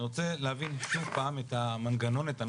אני רוצה להבין את המנגנון ואת הנוסחה,